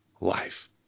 life